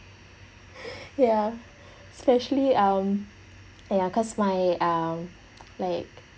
ya especially um ya cause my um like